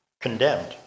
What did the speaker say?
condemned